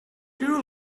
you